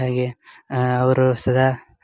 ಹಾಗೆ ಅವರು ಸದಾ